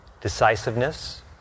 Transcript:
decisiveness